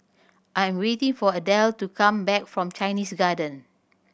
I am waiting for Adele to come back from Chinese Garden